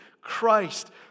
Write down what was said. Christ